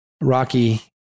Rocky